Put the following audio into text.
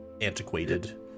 antiquated